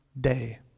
day